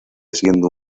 siendo